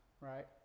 right